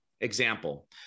Example